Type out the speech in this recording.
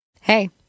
Hey